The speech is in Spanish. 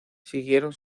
siguieron